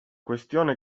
questione